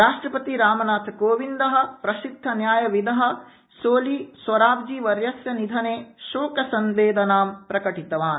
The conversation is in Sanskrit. राष्ट्रपति रामनाथकोविंद प्रसिदधन्यायविद सोली सोराबजीवर्यस्य निधने शोकसंवेदनां प्रकटितवान्